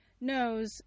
knows